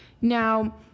Now